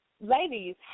ladies